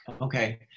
Okay